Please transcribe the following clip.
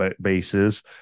bases